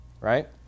right